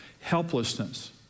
Helplessness